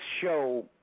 show